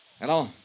Hello